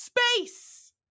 Space